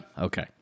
Okay